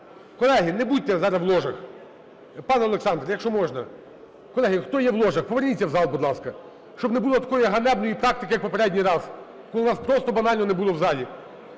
колеги, не будьте зараз в ложах. Пан Олександр, якщо можна. Колеги, хто є в ложах, поверніться в зал, будь ласка. Щоб не було такої ганебної практики, як попередній раз, коли нас просто банально не було в залі.